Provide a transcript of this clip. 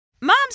Moms